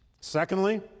Secondly